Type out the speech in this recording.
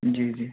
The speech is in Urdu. جی جی